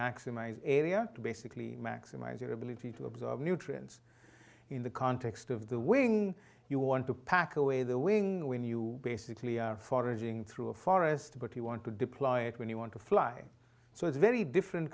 maximize area to basically maximize your ability to absorb nutrients in the context of the wing you want to pack away the wing when you basically are foraging through a forest but you want to deploy it when you want to fly so it's very different